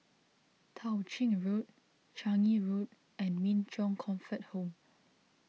Tao Ching Road Changi Road and Min Chong Comfort Home